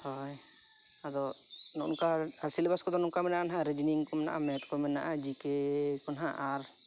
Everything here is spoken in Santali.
ᱦᱳᱭ ᱟᱫᱚ ᱱᱚᱝᱠᱟ ᱥᱤᱞᱮᱵᱟᱥ ᱠᱚᱫᱚ ᱱᱚᱝᱠᱟ ᱢᱮᱱᱟᱜᱼᱟ ᱱᱟᱦᱟᱜ ᱨᱤᱡᱤᱱᱤᱝᱠᱚ ᱢᱮᱱᱟᱜᱼᱟ ᱢᱮᱛᱷᱠᱚ ᱢᱮᱱᱟᱜᱼᱟ ᱡᱤᱠᱮ ᱠᱚ ᱱᱟᱦᱟᱜ ᱟᱨ